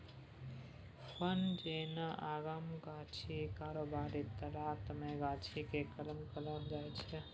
फर जेना आमक गाछी, केराबारी, लतामक गाछी केँ कलम कहल जाइ छै